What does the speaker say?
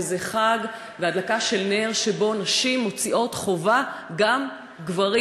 וזה חג והדלקה של נר שבו נשים מוציאות חובה גם גברים,